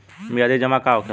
मियादी जमा का होखेला?